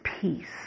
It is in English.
peace